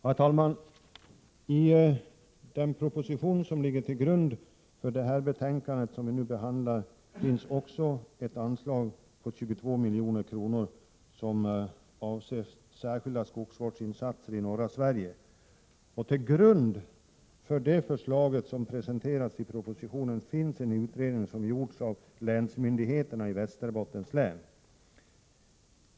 Herr talman! I den proposition som ligger till grund för det betänkande från jordbruksutskottet som vi nu behandlar finns bl.a. förslag om ett anslag på 22 milj.kr. som avser särskilda skogsvårdsinsatser i norra Sverige. Till grund för det förslag som presenteras i propositionen ligger en utredning som gjorts av länsmyndigheterna i Västerbottens län.